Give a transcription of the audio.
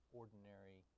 ordinary